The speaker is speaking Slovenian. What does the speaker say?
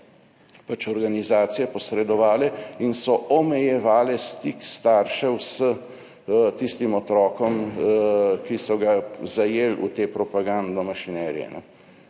organizacije tam posredovale in so omejevale stik staršev s tistim otrokom, ki so ga zajeli v te propagande mašinerije,